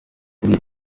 kuri